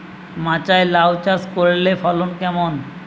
মাচায় লাউ চাষ করলে ফলন কেমন?